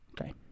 Okay